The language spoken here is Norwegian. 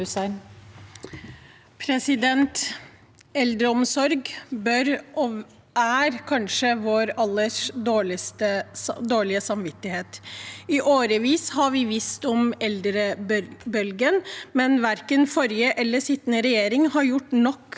Eldreomsorg er kanskje vår alles dårlige samvittighet. I årevis har vi visst om eldrebølgen, men verken forrige eller sittende regjering har på langt